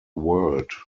world